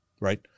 right